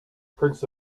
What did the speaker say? prince